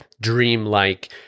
dreamlike